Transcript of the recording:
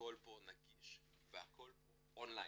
והכל פה נגיש והכל פה און ליין.